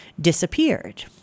disappeared